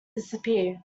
disappear